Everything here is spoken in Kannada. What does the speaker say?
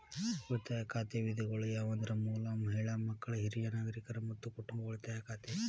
ಉಳಿತಾಯ ಖಾತೆ ವಿಧಗಳು ಯಾವಂದ್ರ ಮೂಲ, ಮಹಿಳಾ, ಮಕ್ಕಳ, ಹಿರಿಯ ನಾಗರಿಕರ, ಮತ್ತ ಕುಟುಂಬ ಉಳಿತಾಯ ಖಾತೆ